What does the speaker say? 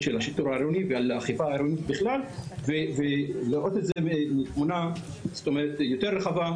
השיטור העירוני ולאכיפה העירונית בכלל ולראות את זה כתמונה יותר רחבה,